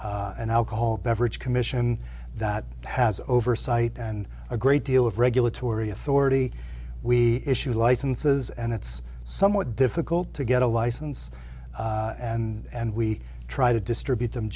an alcohol beverage commission that has oversight and a great deal of regulatory authority we issue licenses and it's somewhat difficult to get a license and we try to distribute them